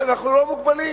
שאנחנו לא מוגבלים,